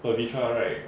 pavitra right